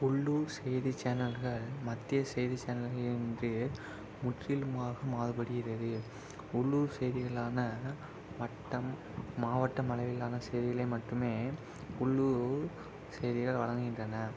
உள்ளூர் செய்தி சேனல்கள் மத்திய செய்தி சேனல்களின் பெயர் முற்றிலுமாக மாறுபடுகிறது உள்ளூர் செய்திகளான வட்டம் மாவட்டம் அளவிலான செய்திகளை மட்டுமே உள்ளூர் செய்திகள் வழங்குகின்றன